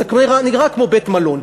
זה נראה כמו בית-מלון.